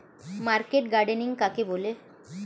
Market gardening কাকে বলে?